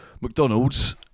McDonald's